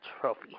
trophy